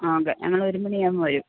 ആ ഓക്കെ ഞങ്ങൾ ഒരു മണിയാവുമ്പോൾ വരും